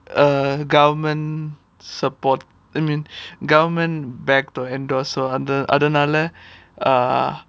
uh government support I mean government backed or endorsed or அதனால:athanaala ah